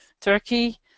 turkey